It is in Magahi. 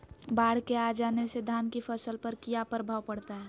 बाढ़ के आ जाने से धान की फसल पर किया प्रभाव पड़ता है?